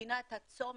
מבינה את הצומת,